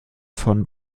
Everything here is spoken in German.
von